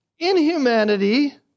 inhumanity